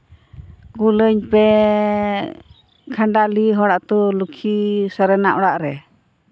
ᱠᱩᱞᱟᱹᱧ ᱯᱮ ᱠᱷᱟᱸᱰᱟᱞᱤ ᱦᱚᱲ ᱟᱹᱛᱩ ᱞᱚᱠᱽᱠᱷᱤ ᱥᱚᱨᱮᱱᱟᱜ ᱚᱲᱟᱜ ᱨᱮ